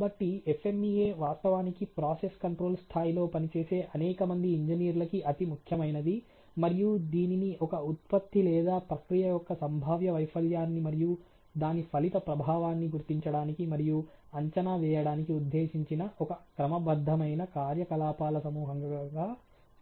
కాబట్టి FMEA వాస్తవానికి process control స్థాయిలో పనిచేసే అనేక మంది ఇంజనీర్ల కి అతి ముఖ్యమైనది మరియు దీనిని ఒక ఉత్పత్తి లేదా ప్రక్రియ యొక్క సంభావ్య వైఫల్యాన్ని మరియు దాని ఫలిత ప్రభావాన్ని గుర్తించడానికి మరియు అంచనా వేయడానికి ఉద్దేశించిన ఒక క్రమబద్ధమైన కార్యకలాపాల సమూహంగా